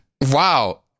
Wow